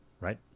Right